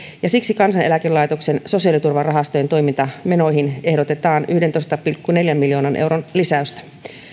ja siksi kansaneläkelaitoksen sosiaaliturvarahastojen toimintamenoihin ehdotetaan yhdentoista pilkku neljän miljoonan euron lisäystä